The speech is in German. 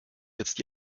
jetzt